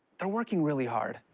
they're working really hard.